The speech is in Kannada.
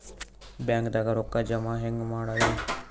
ಬ್ಯಾಂಕ್ದಾಗ ರೊಕ್ಕ ಜಮ ಹೆಂಗ್ ಮಾಡದ್ರಿ?